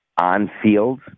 on-field